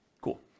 Cool